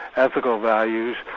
ethical values,